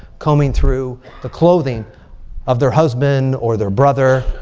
combing through the clothing of their husband or their brother.